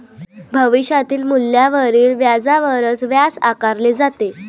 भविष्यातील मूल्यावरील व्याजावरच व्याज आकारले जाते